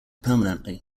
permanently